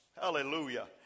hallelujah